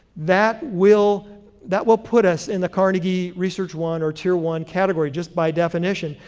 that will that will put us in the carnegie research one or tier one category just by definition,